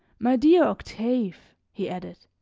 my dear octave, he added,